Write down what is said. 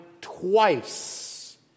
twice